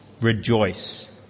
rejoice